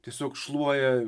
tiesiog šluoja